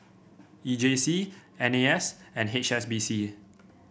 E J C N A S and H S B C